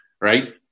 right